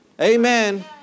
Amen